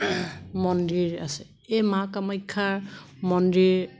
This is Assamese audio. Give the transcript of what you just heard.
মন্দিৰ আছে এই মা কামাখ্যাৰ মন্দিৰ